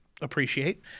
appreciate